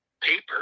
paper